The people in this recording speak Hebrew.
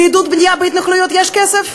לעידוד בנייה בהתנחלויות יש כסף,